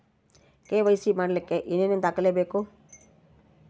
KYC ಮಾಡಲಿಕ್ಕೆ ಏನೇನು ದಾಖಲೆಬೇಕು?